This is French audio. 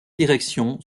direction